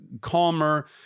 calmer